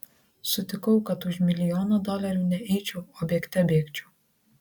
sutikau kad už milijoną dolerių ne eičiau o bėgte bėgčiau